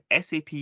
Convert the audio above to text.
SAP